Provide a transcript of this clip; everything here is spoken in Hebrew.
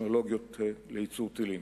טכנולוגיות לייצור טילים.